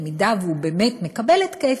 אם הוא באמת מקבל התקף,